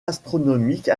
astronomique